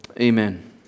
Amen